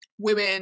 women